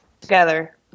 together